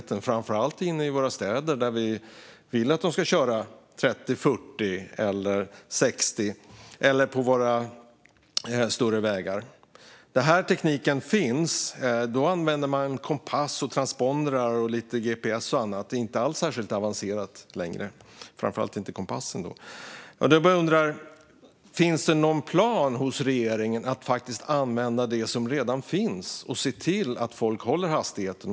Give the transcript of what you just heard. Det gällde framför allt inne i våra städer, där vi vill att de ska köra 30-40 kilometer i timmen, eller 60 kilometer i timmen på våra större vägar. Den här tekniken finns. Då använde man kompass, transpondrar, lite gps och annat. Det är inte alls särskilt avancerat längre, framför allt inte kompassen. Jag undrar: Finns det någon plan hos regeringen att använda det som redan finns och se till att människor håller hastigheten?